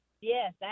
yes